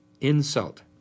insult